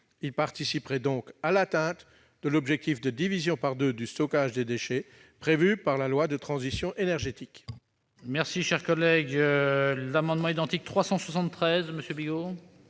Il participerait donc à l'atteinte de l'objectif de division par deux du stockage des déchets prévu par la loi de transition énergétique.